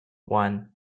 one